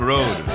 Road